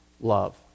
love